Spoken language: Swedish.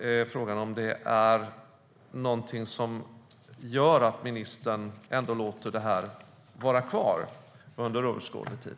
Är det något som gör att ministern låter detta vara kvar under överskådlig tid?